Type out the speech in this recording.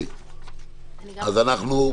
בבקשה.